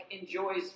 enjoys